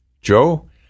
Joe